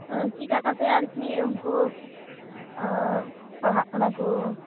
ᱟ ᱪᱮᱫ ᱞᱮᱠᱟ ᱠᱟᱛᱮᱫ ᱟᱨᱠᱤ ᱩᱱᱠᱩ ᱯᱟᱲᱦᱟᱜ ᱠᱟᱱᱟᱠᱚ